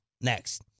Next